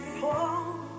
fall